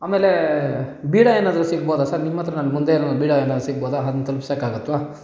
ಆಮೇಲೆ ಬೀಡ ಏನಾದ್ರೂ ಸಿಗ್ಬೋದ ಸರ್ ನಿಮ್ಮ ಹತ್ರ ನಾನು ಮುಂದೆ ಏನು ಬೀಡ ಏನಾದ್ರೂ ಸಿಗ್ಬೋದ ಅದ್ನ ತಲ್ಪ್ಸೋಕೆ ಆಗುತ್ತಾ